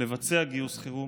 לבצע גיוס חירום